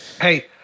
Hey